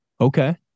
Okay